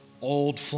old